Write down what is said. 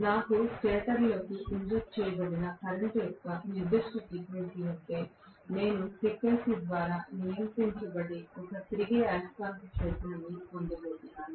నాకు స్టేటర్లోకి ఇంజెక్ట్ చేయబడిన కరెంట్ యొక్క నిర్దిష్ట ఫ్రీక్వెన్సీ ఉంటే నేను ఫ్రీక్వెన్సీ ద్వారా నియంత్రించబడే ఒక తిరిగే అయస్కాంత క్షేత్రాన్ని పొందబోతున్నాను